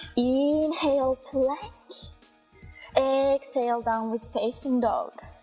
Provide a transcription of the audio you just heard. inhale, like exhale, downward facing dog,